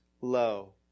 low